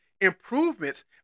improvements